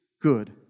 good